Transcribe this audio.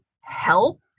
help